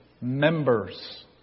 members